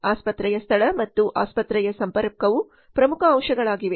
ಆಸ್ಪತ್ರೆಯ ಸ್ಥಳ ಮತ್ತು ಆಸ್ಪತ್ರೆಯ ಸಂಪರ್ಕವು ಪ್ರಮುಖ ಅಂಶಗಳಾಗಿವೆ